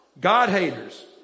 God-haters